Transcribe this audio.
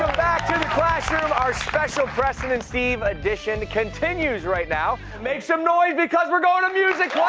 back to the classh-room. our special preston and steve edition continues right now. makes some noise because we're going to music